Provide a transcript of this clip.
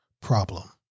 problem